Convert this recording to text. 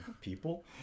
people